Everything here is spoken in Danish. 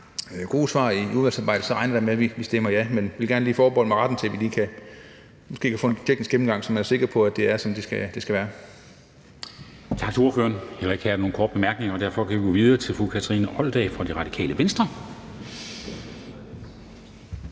gode svar i udvalgsarbejdet, regner jeg da med, at vi stemmer ja. Men jeg vil gerne lige forbeholde mig retten til, at vi måske kan få en teknisk gennemgang, så vi er sikre på, at det er, som det skal være.